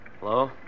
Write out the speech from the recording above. Hello